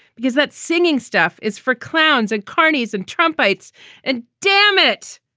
because that singing stuff is for clowns and carnies and trumpets and damn it,